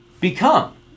become